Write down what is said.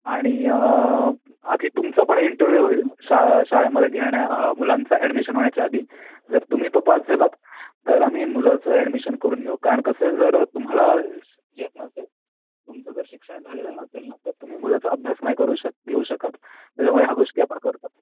आणि आधी तुमचा पण इंटरव्यू होईल शा शाळेमध्ये घेण्या मुलांचा ॲडमिशन होण्याच्या आधी जर तुम्ही तो पास झालात तर आम्ही मुलाचं ऍडमिशन करून घेऊ कारण कसं आहे जर तुम्हालाच येत नसेल तुमचं जर शिक्षण झालेलं नसेल ना तर तुम्ही मुलाचा अभ्यास नाही करू शक घेऊ शकत त्याच्यामुळे ह्या गोष्टी आपण करतो